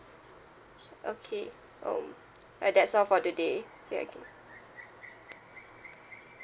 okay um uh that's all for today ya okay